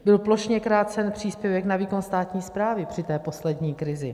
Byl plošně krácen příspěvek na výkon státní správy při té poslední krizi.